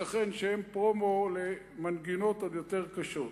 שייתכן שהן פרומו למנגינות עוד יותר קשות.